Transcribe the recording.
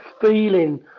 feeling